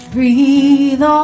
Breathe